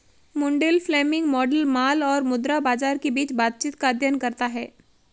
Mundell Fleming model माल और मुद्रा बाजार के बीच बातचीत का अध्ययन करता है